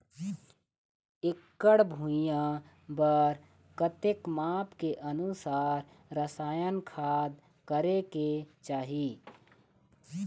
एकड़ भुइयां बार कतेक माप के अनुसार रसायन खाद करें के चाही?